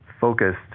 focused